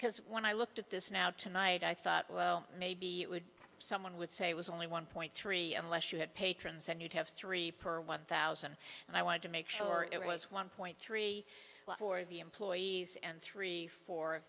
because when i looked at this now tonight i thought well maybe it would someone would say it was only one point three and less you had patrons and you'd have three per one thousand and i wanted to make sure it was one point three for the employees and three for